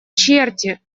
черти